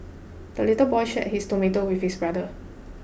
the little boy shared his tomato with his brother